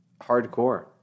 hardcore